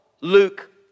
Luke